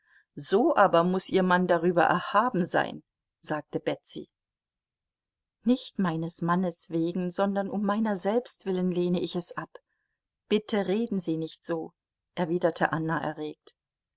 so aber muß ihr mann darüber erhaben sein sagte betsy nicht meines mannes wegen sondern um meiner selbst willen lehne ich es ab bitte reden sie nicht so erwiderte anna erregt